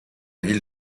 ville